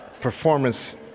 performance